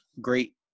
great